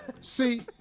See